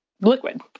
liquid